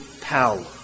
power